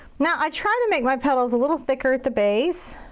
now, i try to make my petals a little thicker at the base.